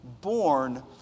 born